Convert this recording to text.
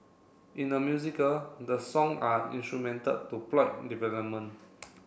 in a musical the song are instrumental to plot development